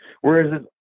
Whereas